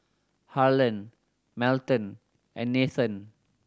Harlan Melton and Nathen